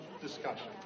discussion